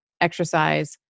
exercise